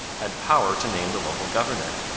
had power to name the local governor.